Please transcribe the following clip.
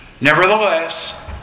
Nevertheless